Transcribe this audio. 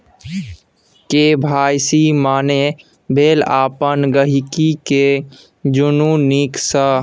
KYC माने भेल अपन गांहिकी केँ जानु नीक सँ